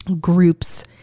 groups